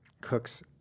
cooks